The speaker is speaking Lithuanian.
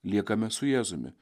liekame su jėzumi